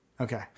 Okay